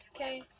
okay